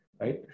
right